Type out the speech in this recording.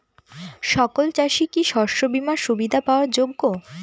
সকল চাষি কি শস্য বিমার সুবিধা পাওয়ার যোগ্য?